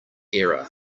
error